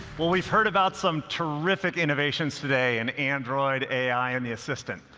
well, we've heard about some terrific innovations today in android, ai, and the assistant,